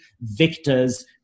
victors